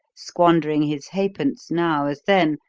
squandering his halfpence now as then,